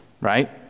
right